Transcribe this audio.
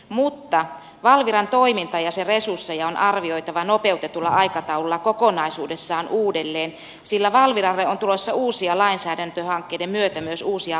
mutta valviran toimintaa ja sen resursseja on arvioitava nopeutetulla aikataululla kokonaisuudessaan uudelleen sillä valviralle on tulossa uusien lainsäädäntöhankkeiden myötä myös uusia valvontatehtäviä